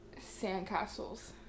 Sandcastles